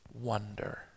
wonder